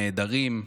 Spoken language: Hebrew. הנעדרים,